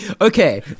Okay